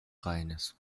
rheins